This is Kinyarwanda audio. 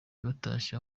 batashye